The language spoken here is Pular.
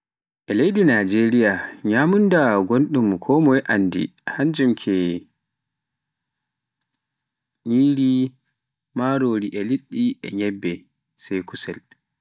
E leydi Najeriya nyamunda gonɗum konmoye anndi e hannjum ke nyiri, marori e liɗɗi e nyebbe sai kusel.